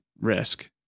risk